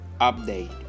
update